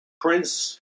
prince